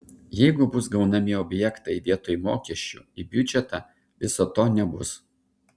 jeigu bus gaunami objektai vietoj mokesčių į biudžetą viso to nebus